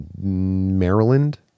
Maryland